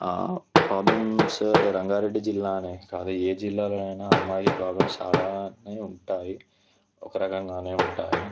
problems Rangareddy జిల్లా అనే కాదు ఏ జిల్లాలైన సరే అమ్మాయిలకు ప్రాబ్లమ్స్ చాలా ఉంటాయి ఒక రకంగా ఉంటాయి